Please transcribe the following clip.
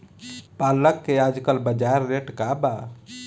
पालक के आजकल बजार रेट का बा?